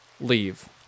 leave